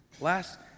last